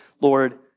Lord